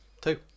Two